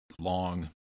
long